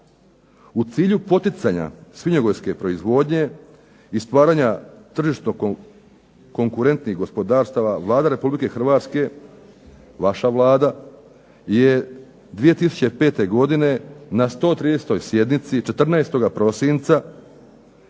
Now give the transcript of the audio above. U cilju poticanja svinjogojske proizvodnja i stvaranja tržišno konkurentnih gospodarstava Vlada Republike Hrvatske, vaša Vlada je 2005. godine na 130 sjednici, 14. prosinca